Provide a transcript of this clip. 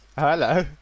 Hello